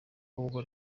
ubwo